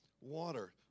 Water